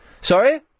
Sorry